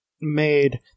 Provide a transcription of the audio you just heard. made